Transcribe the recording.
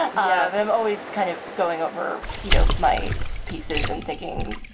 i'm always kind of going over, you know, my pieces and thinking,